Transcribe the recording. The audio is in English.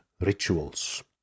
rituals